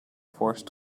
forced